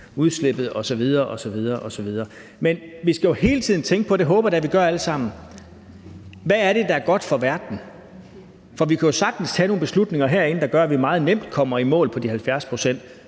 udslippet osv. osv. Men vi skal jo hele tiden tænke på spørgsmålet – det håber jeg da vi gør alle sammen: Hvad er det, der er godt for verden? For vi kan jo sagtens tage nogle beslutninger herinde, der gør, at vi meget nemt kommer i mål med de 70 pct.